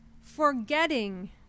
forgetting